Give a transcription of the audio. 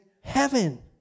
heaven